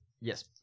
Yes